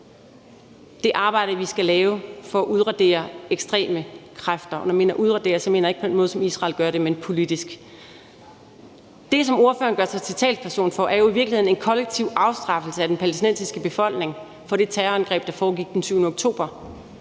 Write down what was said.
det arbejde, vi skal lave for at udradere ekstreme kræfter. Og når jeg siger udradere, mener jeg det ikke på den måde, som Israel gør det, men politisk. Det, som ordføreren gør sig til talsperson for, er jo i virkeligheden en kollektiv afstraffelse af den palæstinensiske befolkning for det terrorangreb, der foregik den 7. oktober.